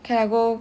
okay I go